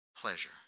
Pleasure